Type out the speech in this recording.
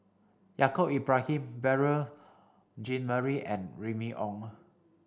Yaacob Ibrahim Beurel Jean Marie and Remy Ong